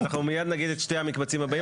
אנחנו מיד נגיד את שני המקבצים הבאים,